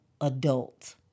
adult